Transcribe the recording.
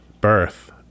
birth